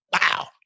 wow